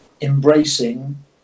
embracing